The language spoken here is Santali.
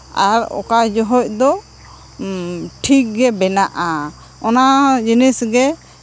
ᱟᱨ ᱚᱠᱟ ᱡᱚᱦᱚᱜ ᱫᱚ ᱴᱷᱤᱠ ᱜᱮ ᱵᱮᱱᱟᱜᱼᱟ ᱚᱱᱟ ᱡᱤᱱᱤᱥ ᱜᱮ